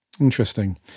Interesting